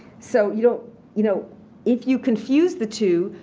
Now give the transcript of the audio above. so you know you know if you confuse the two,